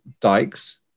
dikes